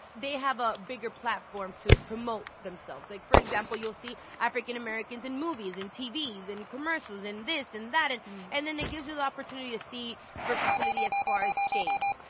they have a bigger platform to promote themselves. like, for example, you'll see african-americans in movies, in tv, in commercials, in this and that. and and then it gives you the opportunity to see versatility as far as shades.